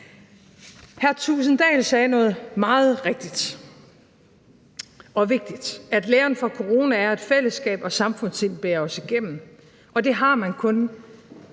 Hr. Thulesen Dahl sagde noget meget rigtigt og vigtigt, nemlig at læren fra corona er, at fællesskab og samfundssind bærer os igennem, og det har man kun,